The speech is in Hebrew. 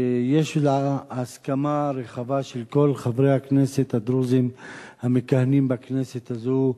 שיש עליה הסכמה רחבה של כל חברי הכנסת הדרוזים המכהנים בכנסת הזאת,